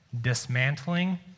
dismantling